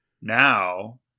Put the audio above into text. Now